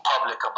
public